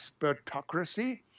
expertocracy